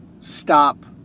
stop